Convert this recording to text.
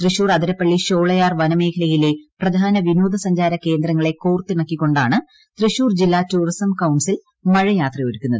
തൃശൂർ അതിരപ്പിള്ളി ഷോളയാർ വനമേഖലയിലെ പ്രധാന വിനോദസഞ്ചാരകേന്ദ്രങ്ങളെ ് കോർത്തിണക്കിക്കൊണ്ടാണ് തൃശൂർ ജില്ലാ ടൂറിസം കൌൺസിൽ മഴയാത്ര ഒരുക്കുന്നത്